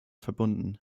verbunden